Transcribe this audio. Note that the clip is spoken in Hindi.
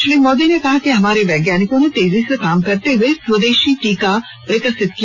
श्री मोदी ने कहा कि हमारे वैज्ञानिकों ने तेजी से काम करते हुए स्वदेशी टीका विकसित किया